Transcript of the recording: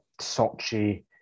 Sochi